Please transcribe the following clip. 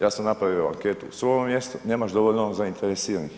Ja sam napravio anketu svome mjestu, nemaš dovoljno zainteresiranih.